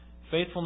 Faithfulness